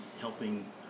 helping